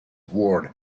ward